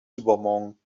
übermorgen